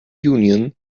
union